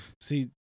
See